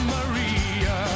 Maria